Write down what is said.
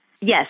Yes